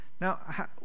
Now